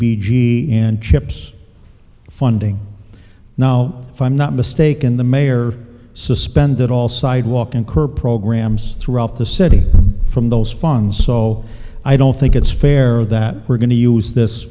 b g and chips funding now if i'm not mistaken the mayor suspended all sidewalk and curb programs throughout the city from those funds so i don't think it's fair that we're going to use this